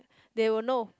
they will know